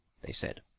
they said,